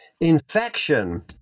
infection